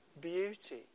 beauty